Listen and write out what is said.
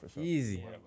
Easy